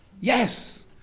yes